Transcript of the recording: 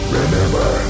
remember